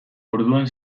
orduan